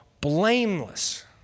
blameless